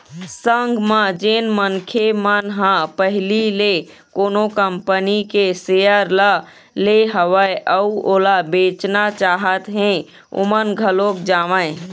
संग म जेन मनखे मन ह पहिली ले कोनो कंपनी के सेयर ल ले हवय अउ ओला बेचना चाहत हें ओमन घलोक जावँय